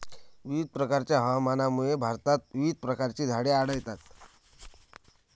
विविध प्रकारच्या हवामानामुळे भारतात विविध प्रकारची झाडे आढळतात